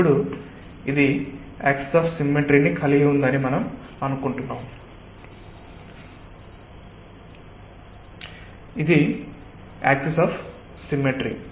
ఇప్పుడు ఇది axis of symmetry కలిగి ఉందని మనం అనుకుంటున్నాము చెప్పండి ఇది యాక్సిస్ ఆఫ్ సిమ్మెట్రి